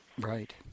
right